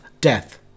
death